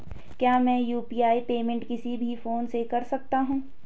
क्या मैं UPI payment किसी भी फोन से कर सकता हूँ?